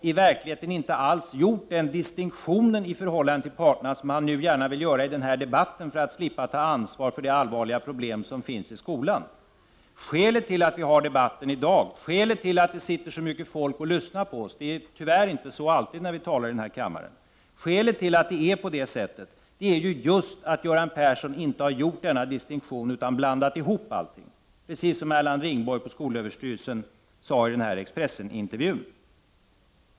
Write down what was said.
I verkligheten har han inte alls gjort den distinktion i förhållande till parterna som han nu gärna vill göra i den här debatten, för att slippa ta ansvar för de allvarliga problem som finns i skolan. Skälet till att vi har den här debatten i dag och skälet till att det sitter så mycket folk och lyssnar på oss — det är ju tyvärr inte alltid så när vi talar i den här kammaren — är just att Göran Persson inte har gjort denna distinktion utan blandat ihop allting, precis som Erland Ringborg på skolöverstyrelsen sade i Expressenintervjun.